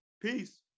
Peace